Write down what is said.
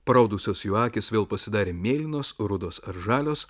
paraudusios jų akys vėl pasidarė mėlynos rudos ar žalios